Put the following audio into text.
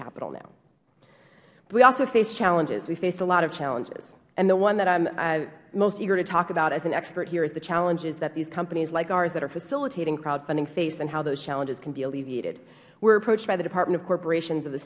capital now we also faced challenges we faced a lot of challenges and the one that i'm most eager to talk about as an expert here is the challenges that these companies like ours that are facilitating crowdfunding face and how those challenges can be alleviated we were approached by the department of corporations of the